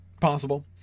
Possible